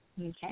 Okay